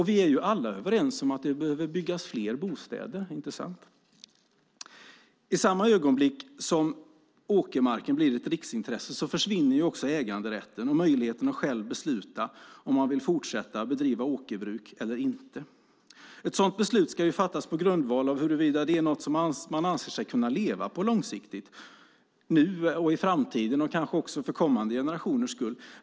Vi är ju alla överens om att det behöver byggas fler bostäder - inte sant? I samma ögonblick som åkermarken blir ett riksintresse försvinner äganderätten och möjligheten att själv besluta om man vill fortsätta bedriva åkerbruk eller inte. Ett sådant beslut ska fattas på grundval av huruvida det är något man anser sig kunna leva på långsiktigt, nu och i framtiden och kanske också för kommande generationer.